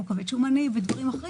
כמו כבד שומני ודברים אחרים,